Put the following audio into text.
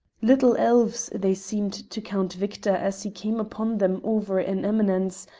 little elves they seemed to count victor as he came upon them over an eminence,